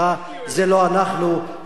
זה לא אנחנו, זה לא הורינו.